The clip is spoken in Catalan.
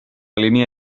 línia